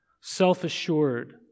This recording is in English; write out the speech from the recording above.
self-assured